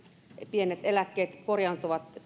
pienet eläkkeet korjaantuvat